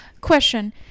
Question